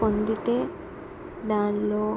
పొందితే దానిలో